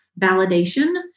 validation